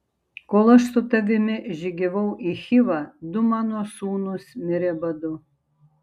kol aš su tavimi žygiavau į chivą du mano sūnūs mirė badu